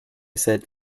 said